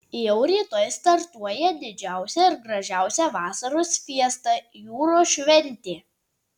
jau rytoj startuoja didžiausia ir gražiausia vasaros fiesta jūros šventė